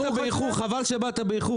חבל שבאת באיחור,